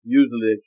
usually